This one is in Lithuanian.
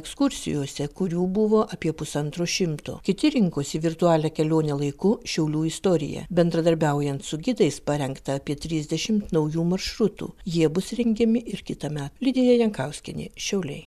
ekskursijose kurių buvo apie pusantro šimto kiti rinkosi virtualią kelionę laiku šiaulių istorija bendradarbiaujant su gidais parengta apie trisdešimt naujų maršrutų jie bus rengiami ir kitąmet lidija jankauskienė šiauliai